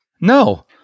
No